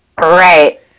Right